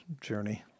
journey